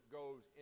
goes